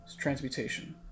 Transmutation